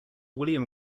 william